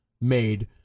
made